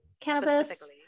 cannabis